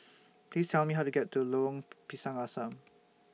Please Tell Me How to get to Lorong Pisang Asam